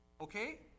Okay